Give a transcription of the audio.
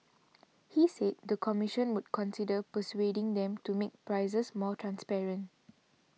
he said the commission would consider persuading them to make prices more transparent